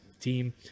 team